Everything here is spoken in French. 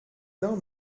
d’un